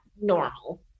normal